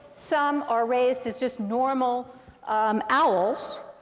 some are raised as just normal um owls.